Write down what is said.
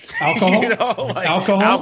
Alcohol